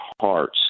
hearts